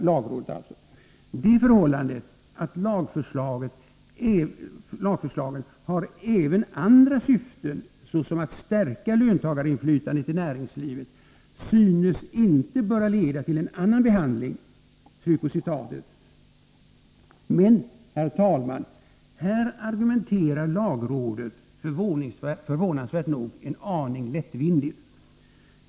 Lagrådet säger: ”Det förhållandet att lagförslagen har även andra syften såsom att stärka löntagarinflytandet i näringslivet synes inte böra leda till en annan bedömning.” Men, herr talman, här argumenterar lagrådet förvånansvärt nog en aning lättvindigt.